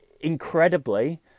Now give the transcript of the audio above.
incredibly